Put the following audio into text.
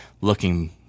looking